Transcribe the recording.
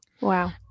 Wow